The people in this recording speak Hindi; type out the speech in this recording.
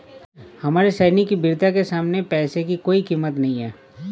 हमारे सैनिक की वीरता के सामने पैसे की कोई कीमत नही है